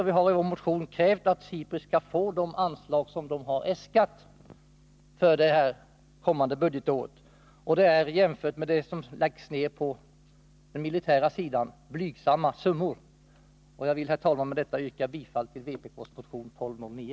Vi har i vår motion krävt att SIPRI skall få de anslag man äskat för det kommande budgetåret. Det är blygsamma summor i jämförelse med vad som läggs ned på den militära sidan. Jag vill med detta, herr talman, yrka bifall till vpk:s motion 1209.